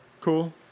Cool